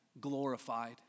glorified